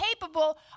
capable